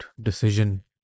decision